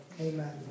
Amen